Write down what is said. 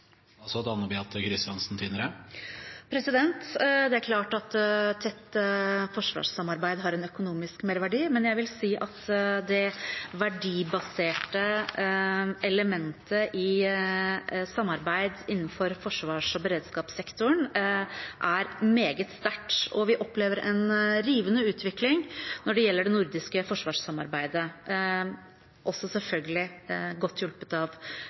Det er klart at tett forsvarssamarbeid har en økonomisk merverdi, men jeg vil si at det verdibaserte elementet i samarbeid innenfor forsvars- og beredskapssektoren er meget sterkt. Vi opplever en rivende utvikling når det gjelder det nordiske forsvarssamarbeidet, også selvfølgelig godt hjulpet av